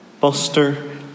Buster